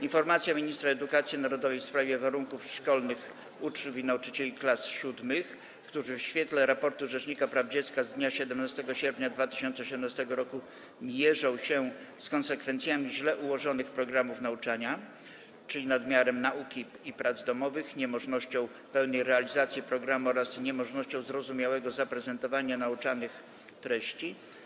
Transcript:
Informacja ministra edukacji narodowej w sprawie warunków szkolnych uczniów i nauczycieli klas VII, którzy w świetle raportu rzecznika praw dziecka z dnia 17 sierpnia 2018 r. mierzą się z konsekwencjami źle ułożonych programów nauczania: nadmiarem nauki i prac domowych, niemożnością pełnej realizacji programu oraz niemożnością zrozumiałego zaprezentowania nauczanych treści,